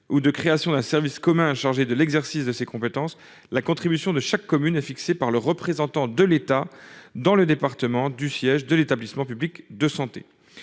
ou de création d'un service commun chargé de l'exercice de ses compétences, la contribution de chaque commune a fixé par le représentant de l'État dans le département du siège de l'établissement public de santé,